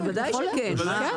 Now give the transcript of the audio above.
בוודאי שכן.